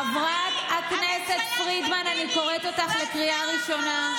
חברת הכנסת פרידמן, אני קוראת אותך בקריאה ראשונה.